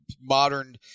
modern